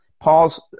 Paul's